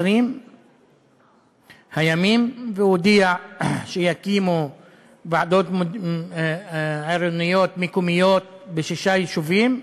הימים" והודיעה שיקימו ועדות עירוניות מקומיות בשישה יישובים.